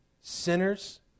sinners